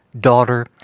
Daughter